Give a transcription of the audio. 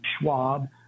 Schwab